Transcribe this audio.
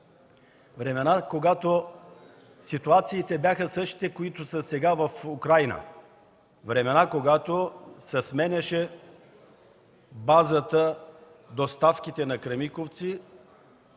времена, когато ситуациите бяха същите, каквито са сега в Украйна, времена, когато се сменяше базата, доставките на „Кремиковци”.